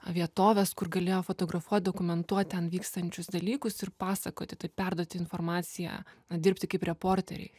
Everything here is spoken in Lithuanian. vietoves kur galėjo fotografuot dokumentuot ten vykstančius dalykus ir pasakoti tai perduoti informaciją na dirbti kaip reporteriai